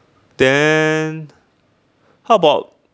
then how about